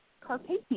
Carpathian